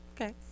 Okay